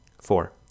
Four